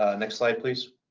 ah next slide, please.